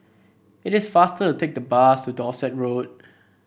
it is faster to take the bus to Dorset Road